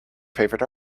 favorite